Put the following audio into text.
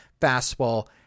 fastball